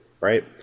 right